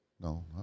No